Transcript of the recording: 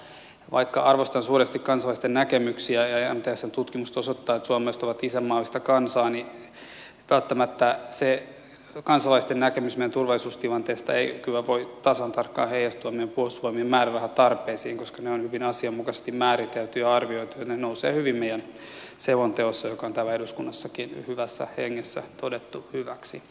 mutta vaikka arvostan suuresti kansalaisten näkemyksiä ja mtsn tutkimukset osoittavat että suomalaiset ovat isänmaallista kansaa niin välttämättä se kansalaisten näkemys meidän turvallisuustilanteestamme ei kyllä voi tasan tarkkaan heijastua meidän puolustusvoimien määrärahatarpeisiin koska ne on hyvin asianmukaisesti määritelty ja arvioitu ja ne nousevat hyvin meidän selonteossamme joka on täällä eduskunnassakin hyvässä hengessä todettu hyväksi